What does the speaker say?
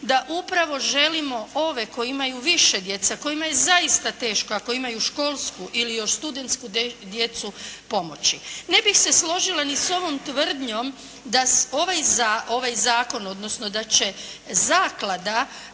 da upravo želimo ove koji imaju više djece, a kojima je zaista teško, a koji imaju školsku ili još studentsku djecu pomoći. Ne bih se složila ni s ovom tvrdnjom da ovaj zakon odnosno da će zaklada